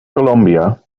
columbia